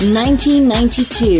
1992